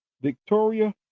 Victoria